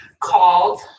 called